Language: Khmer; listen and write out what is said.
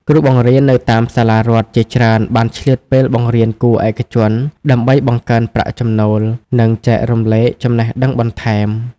គ្រូបង្រៀននៅតាមសាលារដ្ឋជាច្រើនបានឆ្លៀតពេលបង្រៀនគួរឯកជនដើម្បីបង្កើនប្រាក់ចំណូល និងចែករំលែកចំណេះដឹងបន្ថែម។